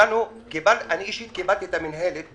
קיבלתי את המנהלת,